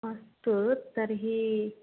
अस्तु तर्हि